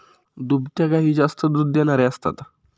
दुभत्या गायी जास्त दूध देणाऱ्या असतात